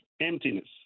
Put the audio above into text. emptiness